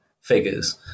figures